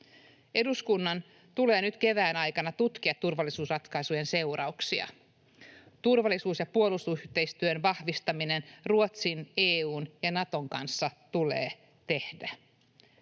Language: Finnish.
Eduskunnan tulee nyt kevään aikana tutkia turvallisuusratkaisujen seurauksia. Turvallisuus- ja puolustusyhteistyön vahvistaminen Ruotsin, EU:n ja Naton kanssa tulee tehdä.